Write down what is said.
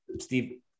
steve